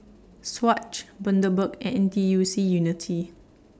Swatch Bundaberg and N T U C Unity